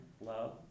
love